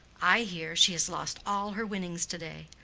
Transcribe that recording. i hear she has lost all her winnings to-day.